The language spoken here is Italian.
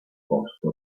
posto